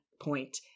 point